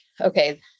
okay